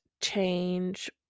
change